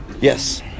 Yes